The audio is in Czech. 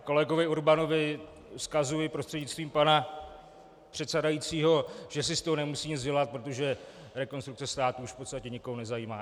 A kolegovi Urbanovi vzkazuji prostřednictvím pana předsedajícího, že si z toho nemusí nic dělat, protože Rekonstrukce státu už v podstatě nikoho nezajímá.